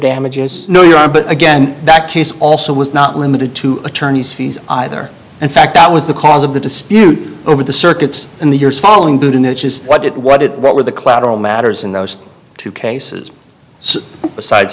damages no you are but again that case also was not limited to attorneys fees either in fact that was the cause of the dispute over the circuits in the years following didn't it is what it what it what were the collateral matters in those two cases besides